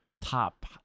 top